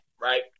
right